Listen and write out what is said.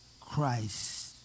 Christ